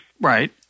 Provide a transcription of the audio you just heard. Right